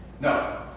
No